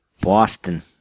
Boston